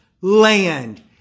land